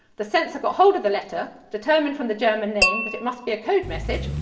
the censor got hold of the letter, determined from the german name that it must be a code message,